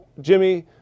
Jimmy